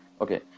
okay